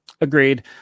Agreed